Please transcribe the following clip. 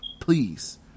please